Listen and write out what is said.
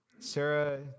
Sarah